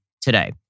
today